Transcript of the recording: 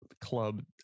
club